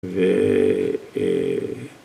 ו... אה...